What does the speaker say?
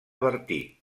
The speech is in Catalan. bertí